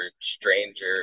stranger